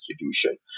institution